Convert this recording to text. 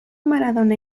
maradona